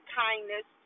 kindness